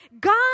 God